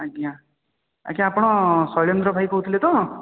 ଆଜ୍ଞା ଆଜ୍ଞା ଆପଣ ଶୈଳେନ୍ଦ୍ର ଭାଇ କହୁଥିଲେ ତ